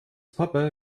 pappe